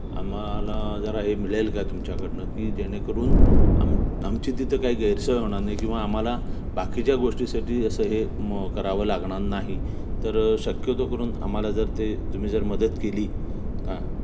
आम्हाला जरा हे मिळेल का तुमच्याकडनं की जेणेकरून आम आमची तिथं काही गैरसोय होणार नाही किंवा आम्हाला बाकीच्या गोष्टीसाठी असं हे मग करावं लागणार नाही तर शक्यतो करून आम्हाला जर ते तुम्ही जर मदत केली का